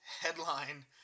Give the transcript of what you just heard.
Headline